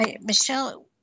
Michelle